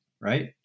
right